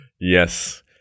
Yes